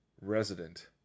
resident